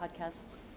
podcasts